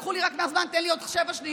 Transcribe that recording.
לקחו לי מהזמן, תן לי רק עוד שבע שניות.